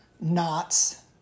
knots